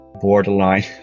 borderline